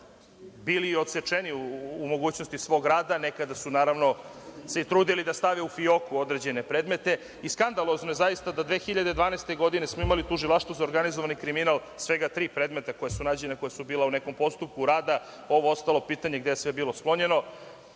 bili odsečeni u mogućnosti svog rada. Nekada su se, naravno, i trudili da stave u fijoku određene predmete. Skandalozno je stvarno da smo 2012. godine imali u Tužilaštvu za organizovani kriminal svega tri predmeta koja su nađena, koja su bila u nekom postupku rada, ovo ostalo pitanje je gde je sve bilo sklonjeno.